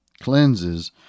Cleanses